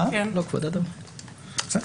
בכבוד האדם וחירותו אפשר.